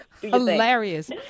Hilarious